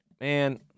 man